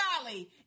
golly